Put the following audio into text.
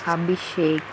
Abhishek